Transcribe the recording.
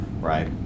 right